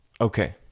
Okay